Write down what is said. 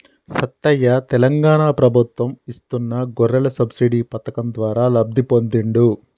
సత్తయ్య తెలంగాణ ప్రభుత్వం ఇస్తున్న గొర్రెల సబ్సిడీ పథకం ద్వారా లబ్ధి పొందిండు